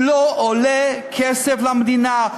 לא עולה כסף למדינה.